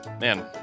man